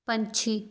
ਪੰਛੀ